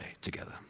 together